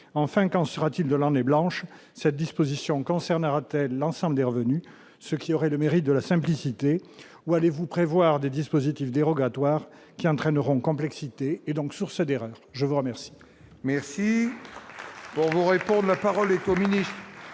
enfin, qu'en sera-t-il de l'armée blanche cette disposition concerne a raté l'ensemble des revenus, ce qui aurait le mérite de la simplicité, où allez-vous prévoir des dispositifs dérogatoires qui entraîneront complexité et donc sur ce dernier je vous remercie.